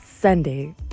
Sunday